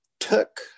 Took